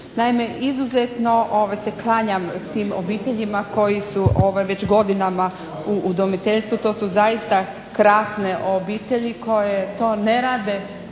Naime, izuzetno se klanjam tim obiteljima koji su već godinama u udomiteljstvu. To su zaista krasne obitelji koje to ne rade